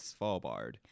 Svalbard